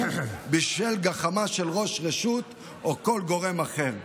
בשל גחמה של ראש רשות או כל גורם אחר,